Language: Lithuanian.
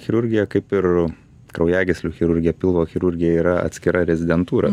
chirurgija kaip ir kraujagyslių chirurgija pilvo chirurgija yra atskira rezidentūra